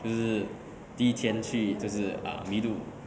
就是第一天去就是 err 迷路